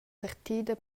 partida